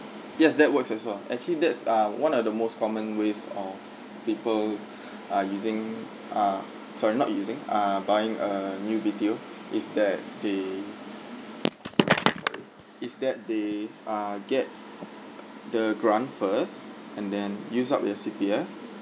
yes that works as well actually that's ah one of the most common ways of people are using ah sorry not using ah buying a new B_T_O it's that they sorry it's that they ah get the grant first and then use up your C_P_F